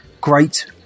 great